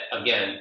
again